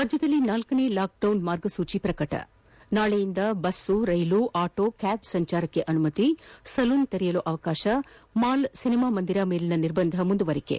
ರಾಜ್ಯದಲ್ಲಿ ಳನೇ ಲಾಕ್ಡೌನ್ ಮಾರ್ಗಸೂಚಿ ಪ್ರಕಟ ನಾಳೆಯಿಂದ ಬಸ್ ರೈಲು ಆಟೋ ಕ್ಯಾಬ್ ಸಂಚಾರಕ್ಕೆ ಅನುಮತಿ ಸಲೂನ್ ತೆರೆಯಲು ಅವಕಾಶ ಮಾಲ್ ಸಿನಿಮಾ ಮಂದಿರ ಮೇಲಿನ ನಿರ್ಬಂಧ ಮುಂದುವರಿಕೆ